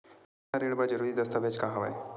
सिक्छा ऋण बर जरूरी दस्तावेज का हवय?